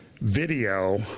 video